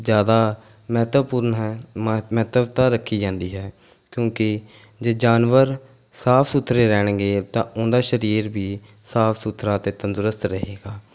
ਜ਼ਿਆਦਾ ਮਹੱਤਵਪੂਰਨ ਹੈ ਮਹੈਤ ਮਹੱਤਵਤਾ ਰੱਖੀ ਜਾਂਦੀ ਹੈ ਕਿਉਂਕਿ ਜੇ ਜਾਨਵਰ ਸਾਫ਼ ਸੁਥਰੇ ਰਹਿਣਗੇ ਤਾਂ ਉਹਨਾਂ ਦਾ ਸਰੀਰ ਵੀ ਸਾਫ਼ ਸੁਥਰਾ ਅਤੇ ਤੰਦਰੁਸਤ ਰਹੇਗਾ